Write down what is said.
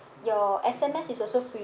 your S_M_S is also free